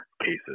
cases